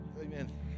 Amen